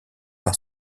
par